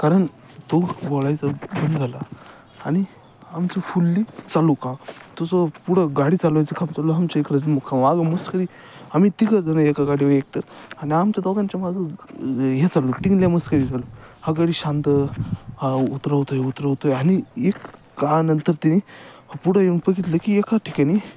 कारण तोघ बोलायचां बंद झाला आणि आमचं फुल्ली चालू का तुझं पुढं गाडी चालवायचं काम चालू आमच्या इकडे मागं मस्करी आम्ही तिघं जण एका गाडी वर एकतर आणि आमच्या दोघांच्या माझं हे चालू टिंगल्या मस्करी चालू हा गडी शांत हा उतरवतोय उतरवतोय आणि एक काळानंतर त्यानी पुढं येऊन बघितलं की एका ठिकाणी